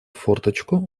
форточку